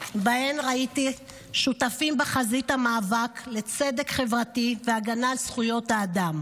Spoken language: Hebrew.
ובהם ראיתי שותפים בחזית המאבק לצדק חברתי והגנה על זכויות אדם.